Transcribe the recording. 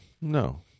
no